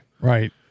Right